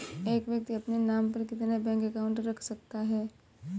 एक व्यक्ति अपने नाम पर कितने बैंक अकाउंट रख सकता है?